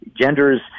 genders